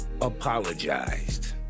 Apologized